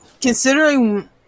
considering